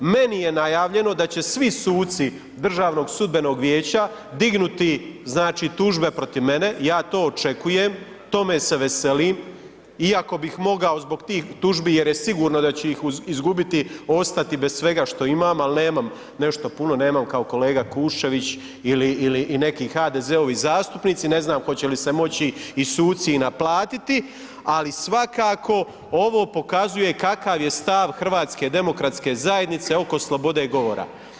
Meni je najavljeno da će svi suci DSV-a dignuti znači tužbe protiv mene, ja to očekujem, tome se veselim iako bih mogao zbog tih tužbi jer je sigurno da ću ih izgubiti ostati bez svega što ima, ali nemam nešto puno, nemam kao kolega Kuščević ili i neki HDZ-ovi zastupnici, ne znam hoće li se moći i suci i naplatiti ali svakako ovo pokazuje kakav je stav HDZ-a oko slobode govora.